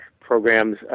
programs